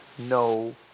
No